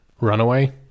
runaway